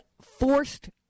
forced